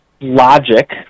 logic